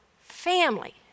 family